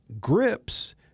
grips